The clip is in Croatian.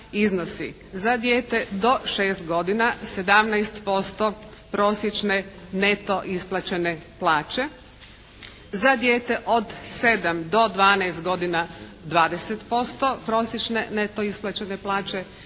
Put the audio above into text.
iznosi za dijete do 6 godina 17% prosječne neto isplaćene plaće. Za dijete od 7 do 12 godina 20% prosječne neto isplaćene plaće.